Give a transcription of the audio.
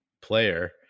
player